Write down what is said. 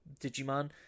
Digimon